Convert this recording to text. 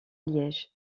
liège